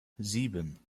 sieben